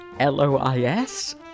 Lois